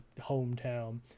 hometown